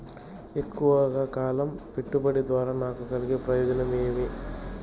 ఎక్కువగా కాలం పెట్టుబడి ద్వారా నాకు కలిగే ప్రయోజనం ఏమి?